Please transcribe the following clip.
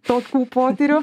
tokių potyrių